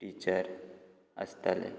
teacher आसताले